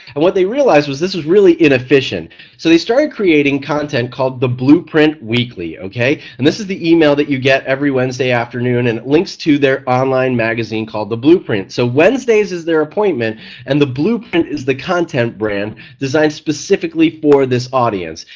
and what they realized was this was really inefficient so they started creating content called the blueprint weekly. and this is the email that you get every wednesday afternoon and it links to their online magazine called the blueprint. so wednesdays is their appointment and the blueprint is the content brand designed specifically for this audience.